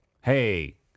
Hey